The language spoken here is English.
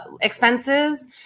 expenses